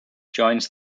joins